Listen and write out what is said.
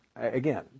Again